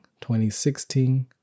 2016